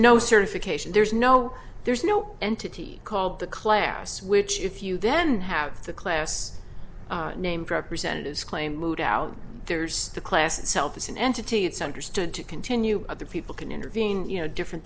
no certification there's no there's no entity called the class which if you then have the class named representatives claim moved out there's the class itself as an entity it's understood to continue other people can intervene you know different